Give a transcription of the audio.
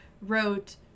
wrote